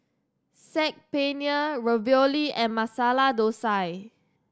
Saag Paneer Ravioli and Masala Dosa